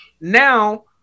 Now